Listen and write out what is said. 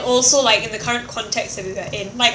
also like in the current context that we are in like